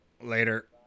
Later